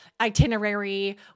itinerary